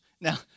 Now